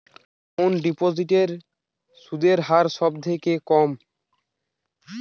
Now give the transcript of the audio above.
কোন ডিপোজিটে সুদের হার সবথেকে কম?